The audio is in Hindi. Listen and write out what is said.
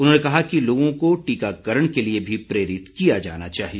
उन्होंने कहा कि लोगों को टीकाकरण के लिए भी प्रेरित किया जाना चाहिए